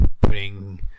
putting